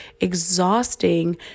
exhausting